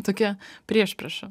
tokia priešprieša